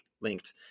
linked